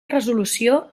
resolució